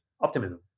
optimism